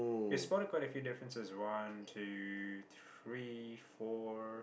we spotted quite a few differences one two three four